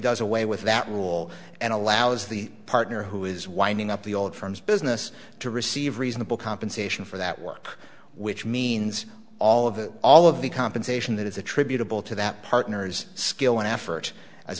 does away with that rule and allows the partner who is winding up the old firm's business to receive reasonable compensation for that work which means all of all of the compensation that is attributable to that partner's skill and effort as